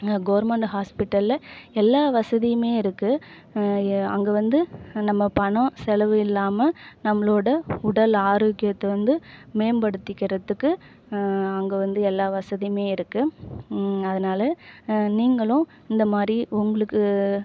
நான் கவுர்மெண்ட் ஹாஸ்பிட்டலில் எல்லா வசதியுமே இருக்குது எ அங்கே வந்து நம்ம பணம் செலவு இல்லாமல் நம்மளோடய உடல் ஆரோக்கியத்தை வந்து மேம்படுத்துகிறத்துக்கு அங்கே வந்து எல்லா வசதியுமே இருக்குது அதனால நீங்களும் இந்தமாதிரி உங்களுக்கு